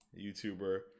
youtuber